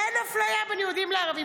אין אפליה בין יהודים לערבים.